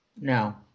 No